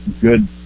good